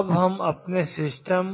अब हम अपने सिस्टम